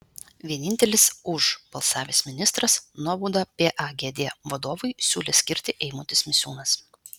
vienintelis už balsavęs ministras nuobaudą pagd vadovui siūlęs skirti eimutis misiūnas